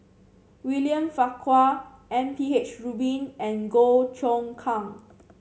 William Farquhar M P H Rubin and Goh Choon Kang